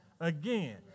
again